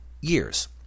years